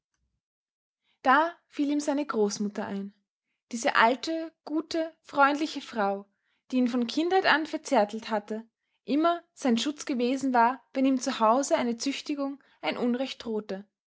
da fiel ihm seine großmutter ein diese alte gute freundliche frau die ihn von kindheit an verzärtelt hatte immer sein schutz gewesen war wenn ihm zu hause eine züchtigung ein unrecht drohte